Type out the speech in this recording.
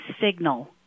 signal